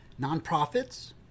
nonprofits